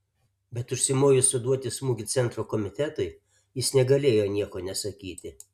bet užsimojus suduoti smūgį centro komitetui jis negalėjo nieko nesakyti